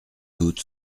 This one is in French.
doute